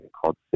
called